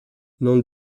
non